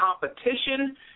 competition